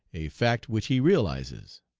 a fact which he realizes.